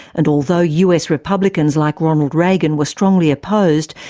and although us republicans like ronald reagan were strongly opposed,